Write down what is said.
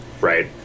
right